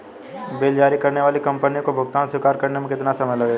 Bill जारी करने वाली कंपनी को भुगतान स्वीकार करने में कितना समय लगेगा?